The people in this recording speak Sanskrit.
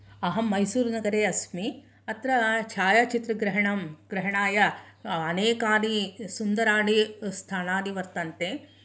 अहं मैसूरनगरे अस्मि अत्र छायाचित्र ग्रहणं ग्रहणाय अनेकानि सुन्दराणि स्थानानि वर्तन्ते